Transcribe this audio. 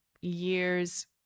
years